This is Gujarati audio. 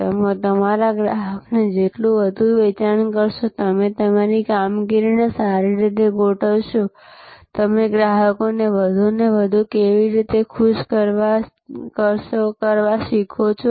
તમે તમારા ગ્રાહકોને જેટલું વધુ વેચાણ કરશો તમે તમારી કામગીરીને સારી રીતે ગોઠવશો તમે ગ્રાહકોને વધુને વધુ કેવી રીતે ખુશ કરવા તે શીખો છો